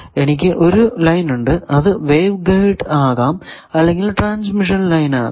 എനിക്ക് ഒരു ലൈൻ ഉണ്ട് അത് വേവ് ഗൈഡ് ആകാം അല്ലെങ്കിൽ ട്രാൻസ്മിഷൻ ലൈൻ ആകാം